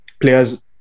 players